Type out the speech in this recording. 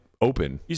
open